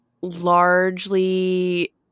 largely